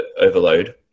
overload